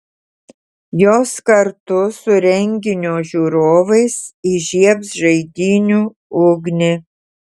jos kartu su renginio žiūrovais įžiebs žaidynių ugnį